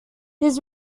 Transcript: his